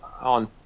on